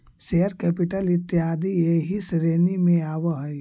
share capital इत्यादि एही श्रेणी में आवऽ हई